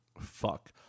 Fuck